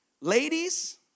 ladies